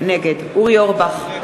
נגד אורי אורבך,